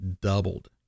doubled